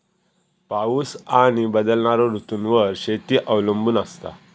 पाऊस आणि बदलणारो ऋतूंवर शेती अवलंबून असता